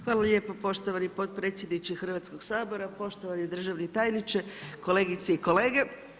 Hvala lijepo poštovani potpredsjedniče Hrvatskog sabora, poštovani državni tajniče, kolegice i kolege.